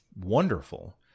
wonderful